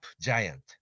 Giant